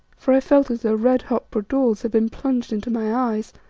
for i felt as though red-hot bradawls had been plunged into my eyes.